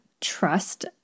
trust